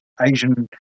Asian